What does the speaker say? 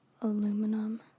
Aluminum